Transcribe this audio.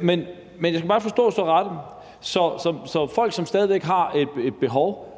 Men jeg skal bare forstå det ret. Folk, som stadig væk har et behov